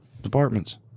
departments